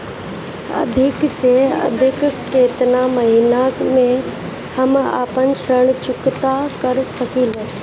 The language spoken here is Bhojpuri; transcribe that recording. अधिक से अधिक केतना महीना में हम आपन ऋण चुकता कर सकी ले?